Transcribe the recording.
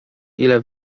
ile